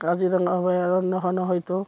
কাজিৰঙৰা অভয়াৰণ্যখনো হয়তো